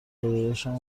داداشم